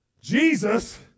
Jesus